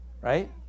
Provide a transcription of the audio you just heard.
Right